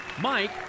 Mike